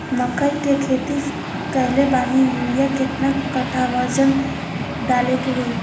मकई के खेती कैले बनी यूरिया केतना कट्ठावजन डाले के होई?